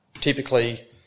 typically